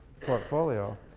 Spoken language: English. portfolio